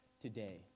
today